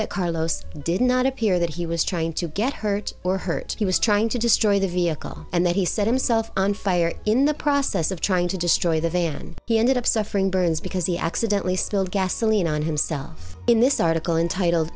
that carlos did not appear that he was trying to get hurt or hurt he was trying to destroy the vehicle and then he set himself on fire in the process of trying to destroy the van he ended up suffering burns because he accidentally spilled gasoline on himself in this article entitled